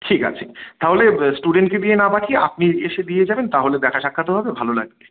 ঠিক আছে তাহলে স্টুডেন্টকে দিয়ে না পাঠিয়ে আপনি এসে দিয়ে যাবেন তাহলে দেখাসাক্ষাৎও হবে ভালো লাগবে